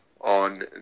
on